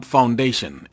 Foundation